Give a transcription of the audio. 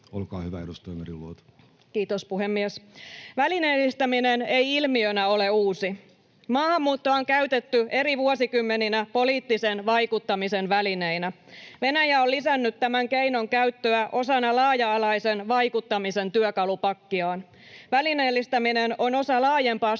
oikeuteen. Kiitos, puhemies! — Välineellistäminen ei ilmiönä ole uusi. Maahanmuuttoa on käytetty eri vuosikymmeninä poliittisen vaikuttamisen välineenä. Venäjä on lisännyt tämän keinon käyttöä osana laaja-alaisen vaikuttamisen työkalupakkiaan. Välineellistäminen on osa laajempaa